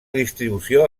distribució